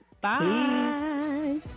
Bye